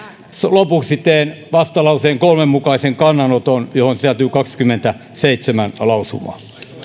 lopuksi teen vastalauseen kolmen mukaisen kannanoton johon sisältyy kaksikymmentäseitsemän lausumaa